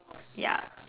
ya